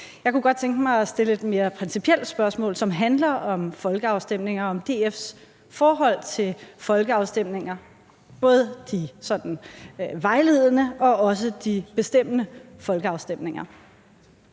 Jeg kunne godt tænke mig at stille et mere principielt spørgsmål, som handler om folkeafstemninger og om DF's forhold til folkeafstemninger, både de vejledende og også de bestemmende folkeafstemninger.